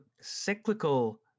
cyclical